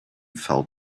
felt